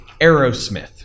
Aerosmith